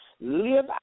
live